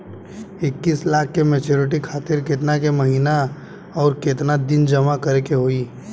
इक्कीस लाख के मचुरिती खातिर केतना के महीना आउरकेतना दिन जमा करे के होई?